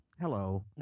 hello